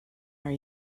are